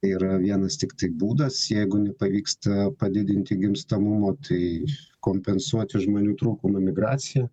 yra vienas tiktai būdas jeigu nepavyksta padidinti gimstamumo tai kompensuoti žmonių trūkumą migracija